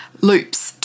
loops